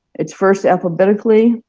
it's first alphabetically,